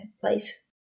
place